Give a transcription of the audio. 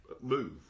move